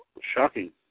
Shocking